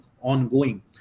ongoing